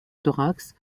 thorax